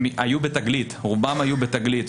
רובם היו ב'תגלית'.